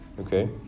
Okay